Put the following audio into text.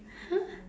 !huh!